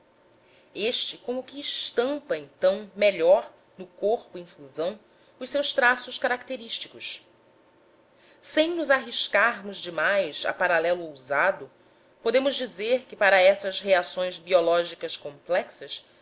este como que estampa então melhor no corpo em fusão os seus traços característicos sem nos arriscarmos demais a paralelo ousado podemos dizer que para essas reações biológicas complexas